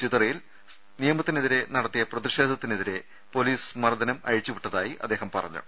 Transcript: ചിതറയിൽ നിയമത്തിനെതിരെ നടത്തിയ പ്രതിഷേധത്തിനെതിരെ പൊലീസ് മർദ്ദനം അഴിച്ചുവിട്ടതായി അദ്ദേഹം പറ ഞ്ഞു